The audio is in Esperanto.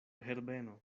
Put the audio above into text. herbeno